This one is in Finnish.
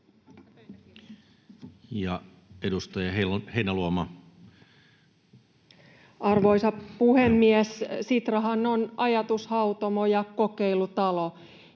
Time: 14:46 Content: Arvoisa puhemies! Sitrahan on ajatushautomo ja kokeilutalo.